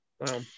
Wow